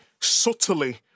subtly